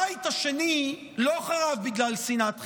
הבית השני לא חרב בגלל שנאת חינם.